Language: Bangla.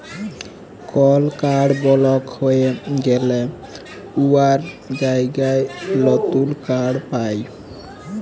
কল কাড় বলক হঁয়ে গ্যালে উয়ার জায়গায় লতুল কাড় পায়